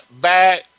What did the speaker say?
back